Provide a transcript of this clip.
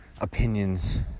opinions